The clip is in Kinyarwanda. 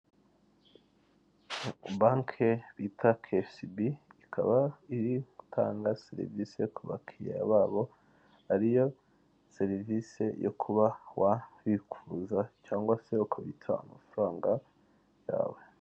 Banke bita kesibi ikaba iri gutanga serivise ku bakiriya babo. Hariyo serivise yo kuba wabikuza cyangwa se ukubitsa amafaranga yawe.